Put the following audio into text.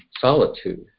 solitude